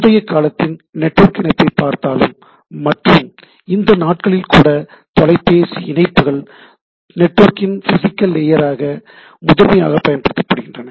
முந்தைய காலத்தின் நெட்வொர்க் இணைப்பை பார்த்தாலும் மற்றும் இந்த நாட்களிலும் கூட தொலைபேசி இணைப்புகள் நெட்வொர்க்கின் பிசிகல் லேயராக முதன்மையாக பயன்படுகின்றன